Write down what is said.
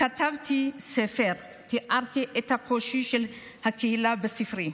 כתבתי ספר, ותיארתי את הקושי של הקהילה בספרי.